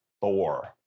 Thor